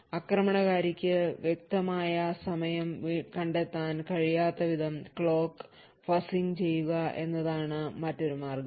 ആക്രമണകാരിക്ക് കൃത്യമായ സമയം കണ്ടെത്താൻ കഴിയാത്തവിധം ക്ലോക്ക് fuzzing ചെയ്യുക എന്നതാണ് മറ്റൊരു പരിഹാരം